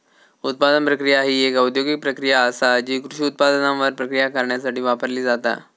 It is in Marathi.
उत्पादन प्रक्रिया ही एक औद्योगिक प्रक्रिया आसा जी कृषी उत्पादनांवर प्रक्रिया करण्यासाठी वापरली जाता